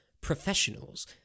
professionals